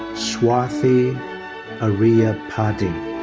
swathi ariyapadi.